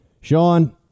Sean